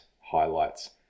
highlights